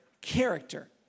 character